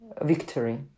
victory